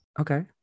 Okay